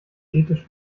ethisch